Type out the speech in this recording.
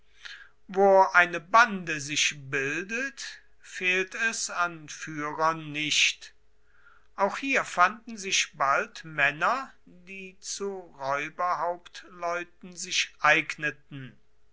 wo eine bande sich bildet fehlt es an führern nicht auch hier fanden sich bald männer die zu räuberhauptleuten sich eigneten